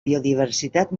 biodiversitat